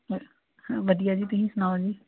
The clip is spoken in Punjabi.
ਵ ਵਧੀਆ ਜੀ ਤੁਸੀਂ ਸੁਣਾਓ ਜੀ